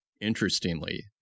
interestingly